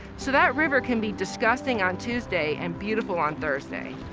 so that river can be disgusting on tuesday and beautiful on thursday.